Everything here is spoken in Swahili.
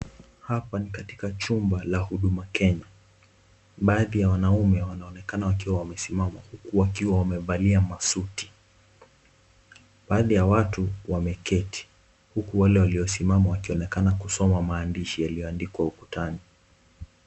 Hapa ni katika chumba cha huduma Kenya. Baadhibya wanaume wanaonekana wakiwa wamesimama huku wakiwa wamevalia masuti. Baadhi ya watu wameketi huku wale waliosimama wakionekana maandishi yalioandikwa ukutani.